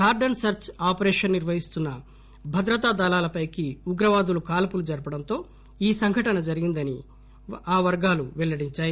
cordon search operation నిర్వహిస్తున్న భద్రతా దళాల పైకి ఉగ్రవాదులు కాల్పులు జరపడంతో ఈ సంఘటన జరిగిందని ఆ వర్గాలు పెల్లడించాయి